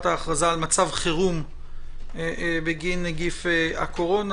ההכרזה על מצב חירום בגין נגיף הקורונה.